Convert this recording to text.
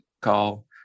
call